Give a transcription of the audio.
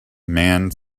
man